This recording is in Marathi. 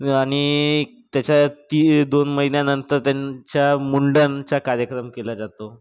आणि त्याचा दीड दोन महिन्यानंतर त्यांचा मुंडनाचा कार्यक्रम केला जातो